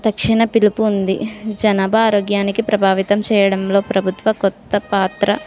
తక్షణ పిలుపు ఉంది జనాభా ఆరోగ్యానికి ప్రభావితం చేయడంలో ప్రభుత్వ కొత్త పాత్ర